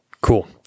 Cool